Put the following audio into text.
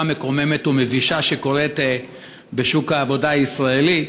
מקוממת ומבישה שקורית בשוק העבודה הישראלי,